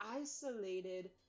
isolated